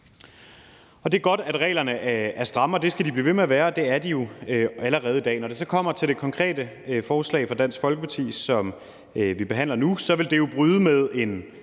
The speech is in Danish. Det er godt, at reglerne er stramme, det skal de blive ved med at være, og det er de jo allerede i dag. Når det så kommer til det konkrete forslag fra Dansk Folkeparti, som vi behandler nu, så vil det jo bryde med en